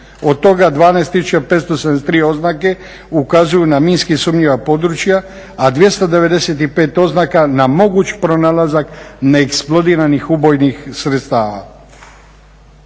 od toga 12.573 oznake ukazuju na minski sumnjiva područja, a 295 oznaka na moguć pronalazak neeksplodiranih ubojnih sredstava.